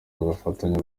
bagafatanya